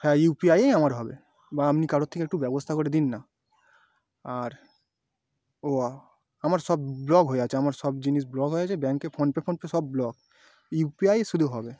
হ্যাঁ ইউপিআইয়েই আমার হবে বা আপনি কারোর থেকে একটু ব্যবস্থা করে দিন না আর ও আমার সব ব্লক হয়ে আছে আমার সব জিনিস ব্লক হয়ে আছে ব্যাঙ্কে ফোনপে ফোনপে সব ব্লক ইউপিআইই শুধু হবে